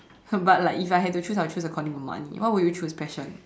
so but like if I have to choose according to money what would you choose passion